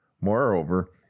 Moreover